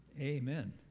Amen